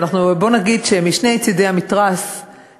ובוא נגיד שמשני צדי המתרס,